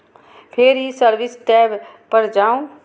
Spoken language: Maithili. फेर ई सर्विस टैब पर जाउ